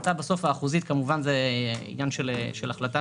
קביעת האחוזים בסוף היא עניין של החלטה,